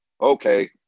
okay